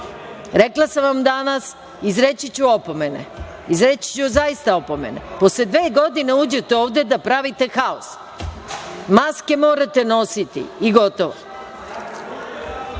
Rekla sam vam danas, izreći ću opomene. Izreći ću zaista opomene. Posle dve godine uđete ovde da pravite haos. Maske morate nositi i gotovo. Nema